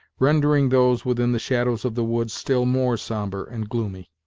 rendering those within the shadows of the woods still more sombre and gloomy.